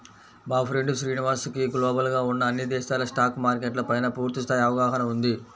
మా ఫ్రెండు శ్రీనివాస్ కి గ్లోబల్ గా ఉన్న అన్ని దేశాల స్టాక్ మార్కెట్ల పైనా పూర్తి స్థాయి అవగాహన ఉంది